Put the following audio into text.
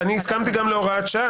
הסכמתי גם להוראת שעה.